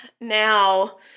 Now